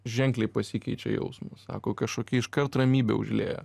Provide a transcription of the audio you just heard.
ženkliai pasikeičia jausmas sako kažkokia iškart ramybė užlieja